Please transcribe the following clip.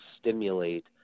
stimulate